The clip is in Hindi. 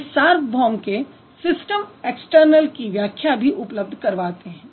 वे सार्वभौम के सिस्टम ऐक्सटर्नल की व्याख्या भी उपलब्द्ध करवाते हैं